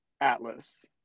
Atlas